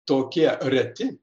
tokie reti